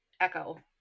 echo